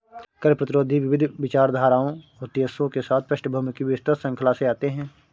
कर प्रतिरोधी विविध विचारधाराओं उद्देश्यों के साथ पृष्ठभूमि की विस्तृत श्रृंखला से आते है